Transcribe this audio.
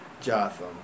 Jotham